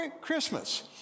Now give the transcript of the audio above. Christmas